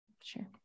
sure